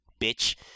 Bitch